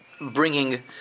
bringing